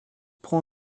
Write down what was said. prend